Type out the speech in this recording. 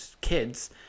kids